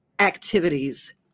activities